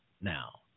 Now